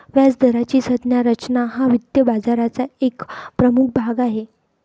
व्याजदराची संज्ञा रचना हा वित्त बाजाराचा एक प्रमुख भाग आहे